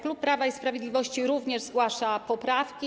Klub Prawa i Sprawiedliwości również zgłasza poprawki.